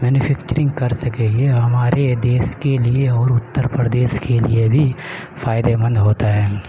manufacturing کر سکیں یہ ہمارے دیش کے لیے اور اتر پردیش کے لیے بھی فائدے مند ہوتا ہے